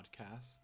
podcast